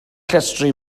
llestri